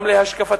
גם להשקפתי,